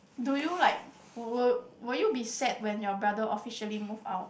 do you like will will you be sad when your brother officially move out